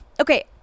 okay